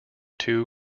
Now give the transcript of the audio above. two